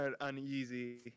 uneasy